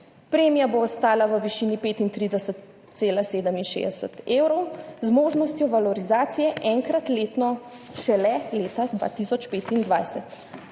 Premija bo ostala v višini 35,67 evrov z možnostjo valorizacije enkrat letno šele leta 2025.